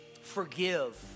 Forgive